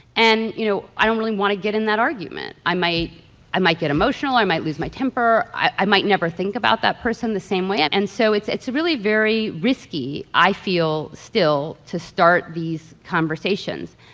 and, you know, i don't really want to get in that argument. i might i might get emotional. i might lose my temper. i might never think about that person the same way. and so it's it's really very risky, i feel, still, to start these conversations.